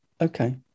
okay